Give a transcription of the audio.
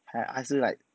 还是 like